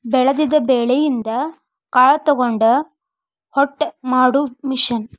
ಬೆಳದಿದ ಬೆಳಿಯಿಂದ ಕಾಳ ತಕ್ಕೊಂಡ ಹೊಟ್ಟ ಮಾಡು ಮಿಷನ್